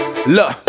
Look